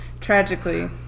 Tragically